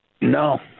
No